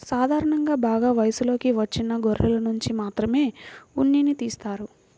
సాధారణంగా బాగా వయసులోకి వచ్చిన గొర్రెనుంచి మాత్రమే ఉన్నిని తీస్తారు